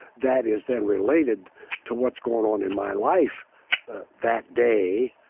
that is then related to what's going on in my life that day.